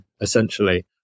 essentially